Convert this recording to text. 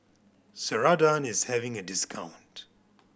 Ceradan is having a discount